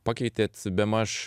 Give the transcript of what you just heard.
pakeitėt bemaž